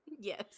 yes